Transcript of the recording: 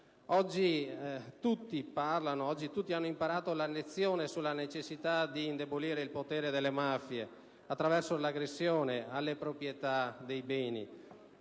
organizzata. Oggi tutti hanno imparato la lezione sulla necessità di indebolire il potere delle mafie attraverso l'aggressione alla proprietà dei beni